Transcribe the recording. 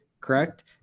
correct